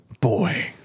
boy